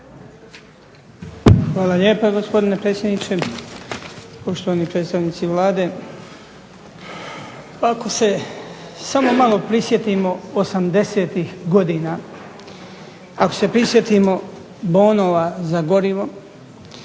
Hvala lijepa gospodine predsjedniče. Poštovani predstavnici Vlade. Ako se samo malo prisjetimo '80.-ih godina, ako se prisjetimo bonova za gorivo